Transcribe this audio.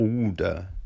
order